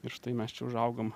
ir štai mes čia užaugom